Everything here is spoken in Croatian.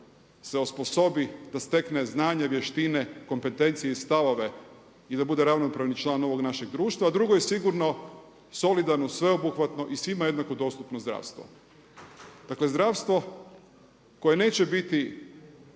se osposobi, da stekne znanje, vještine, kompetencije i stavove i da bude ravnopravni član ovog našeg društva. A drugo, je sigurno, solidarno, sveobuhvatno i svima jednako dostupno zdravstvo. Dakle zdravstvo koje neće biti